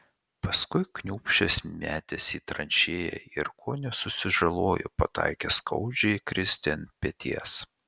paskui kniūbsčias metėsi į tranšėją ir kone susižalojo pataikęs skaudžiai kristi ant peties